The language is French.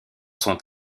sont